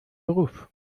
beruf